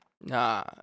nah